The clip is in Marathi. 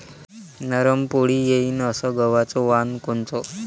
नरम पोळी येईन अस गवाचं वान कोनचं?